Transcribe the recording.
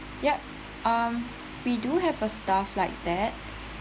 ya um we do have a staff like that